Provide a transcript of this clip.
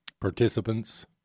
participants